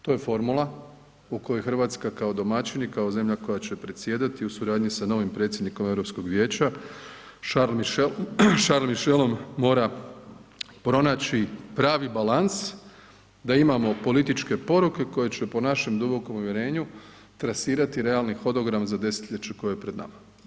To je formula u kojoj Hrvatska kao domaćin i kao zemlja koja će predsjedati u suradnji sa novim predsjednikom Europskog vijeća Charles Michelom, mora pronaći pravi balans da imamo političke poruke koje će po našem dubokom uvjerenju, trasirati realni hodogram za desetljeće koje je pred nama.